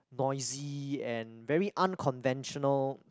noisy and very unconventional